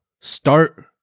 start